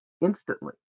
instantly